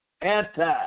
Anti